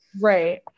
right